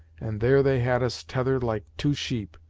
and there they had us tethered like two sheep,